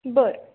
बरं